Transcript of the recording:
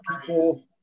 people